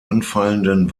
anfallenden